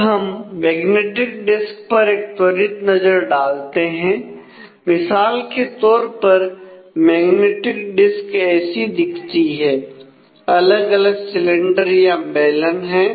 तब हम magnetic disk पर एक त्वरित नजर डालते हैं मिसाल के तौर पर मैग्नेटिक डिस्क ऐसी दिखती है अलग अलग सिलेंडर है